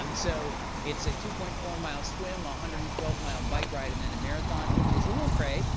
um so it's a two point four mile swim, ah a one hundred and twelve mile bike ride, and then a marathon which is a little cray,